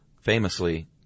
famously